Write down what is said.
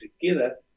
together